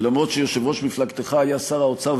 ואף-על-פי שיושב-ראש מפלגתך היה שר האוצר,